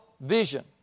vision